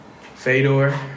Fedor